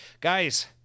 guys